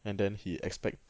and then he expect